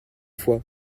fois